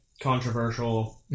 controversial